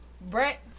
Brett